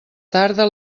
tarda